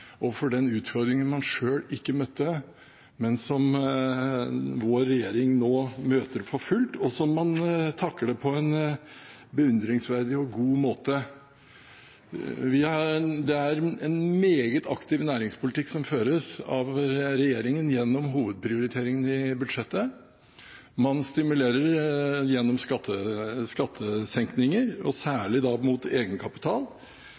ydmykhet overfor den utfordringen man selv ikke møtte, men som vår regjering nå møter for fullt, og som man takler på en beundringsverdig og god måte. Det er en meget aktiv næringspolitikk som føres av regjeringen gjennom hovedprioriteringene i budsjettet. Man stimulerer gjennom skattesenkninger, særlig mot egenkapital,